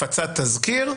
הפצת תזכיר,